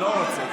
לא רוצה,